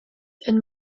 and